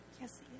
Yes